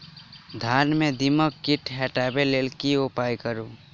धान सँ दीमक कीट हटाबै लेल केँ उपाय करु?